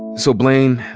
so, blayne,